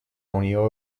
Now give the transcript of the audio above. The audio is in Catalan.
unió